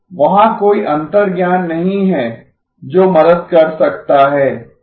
वहाँ कोई अंतर्ज्ञान नहीं है जो मदद कर सकता है